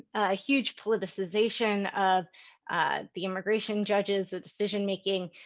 a huge politicization of the immigration judges, the decision making.